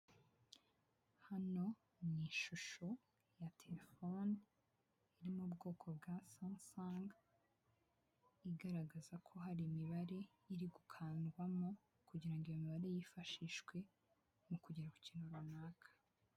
Hano mu ishusho ya telefone iri mu bwoko bwa samusangi igaragaza ko hari imibare iri gukandwamo kugira ngo iyo mibare yifashishwe mu kugera ku kintu runaka.